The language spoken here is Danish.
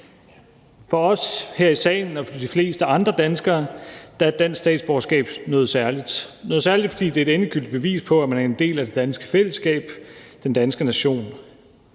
For os her i salen og for de fleste andre danskere er et dansk statsborgerskab noget særligt, fordi det er et endegyldigt bevis på, at man er en del af det danske fællesskab, den danske nation.